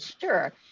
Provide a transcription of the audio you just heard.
Sure